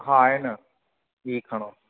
हा आहे न हीअ खणो